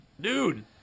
Dude